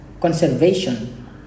conservation